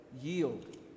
yield